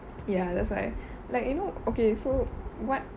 ya that's why like you know okay so what